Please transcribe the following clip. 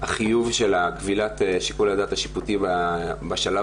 החיוב של כבילת שיקול הדעת השיפוטי בשלב